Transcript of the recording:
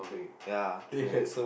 ya true